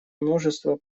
множество